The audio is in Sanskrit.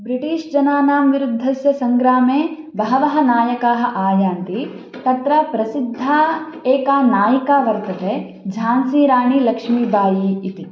ब्रिटीष् जनानां विरुद्धस्य सङ्ग्रामे बहवः नायकाः आयान्ति तत्र प्रसिद्धा एका नायिका वर्तते झान्सिराणिलक्ष्मीबायी इति